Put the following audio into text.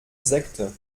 sekte